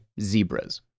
zebras